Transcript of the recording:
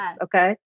Okay